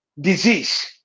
disease